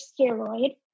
steroid